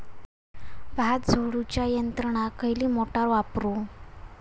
भात झोडूच्या यंत्राक खयली मोटार वापरू?